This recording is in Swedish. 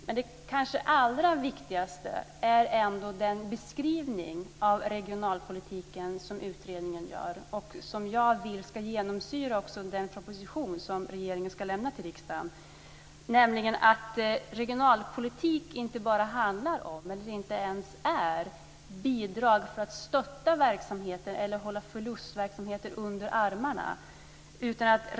Men det kanske allra viktigaste är ändå den beskrivning av regionalpolitiken som utredningen gör och som jag vill ska genomsyra också den proposition som regeringen ska lämna till riksdagen; att regionalpolitik inte bara handlar om, eller inte ens är, bidrag för att stötta verksamheter eller hålla förlustverksamheter under armarna.